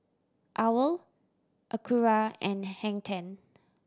Owl Acura and Hang Ten